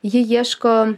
ji ieško